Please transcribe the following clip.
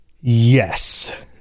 Yes